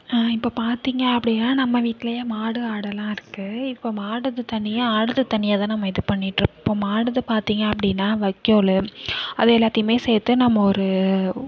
இப்போ பாத்திங்க அப்டினா நம்ம வீட்டிலையே மாடு ஆடெல்லாம் இருக்கு இப்போ மாடுக்கு தனியா ஆடுக்கு தனியா தான் நம்ம இது பண்ணிட்டு இருக்கோம் இப்போ மாடு இது பார்த்திங்க அப்படினா வைக்கோலு அது எல்லாத்தையுமே சேத்து ஒரு